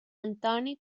antoni